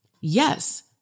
Yes